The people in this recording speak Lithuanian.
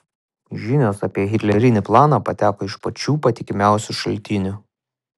žinios apie hitlerinį planą pateko iš pačių patikimiausių šaltinių